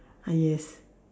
ah yes